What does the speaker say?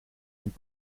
een